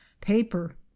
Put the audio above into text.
paper